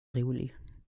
rolig